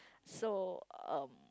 so um